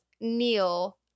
Neil